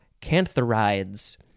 cantharides